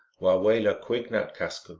wa wela quig nat kasqu.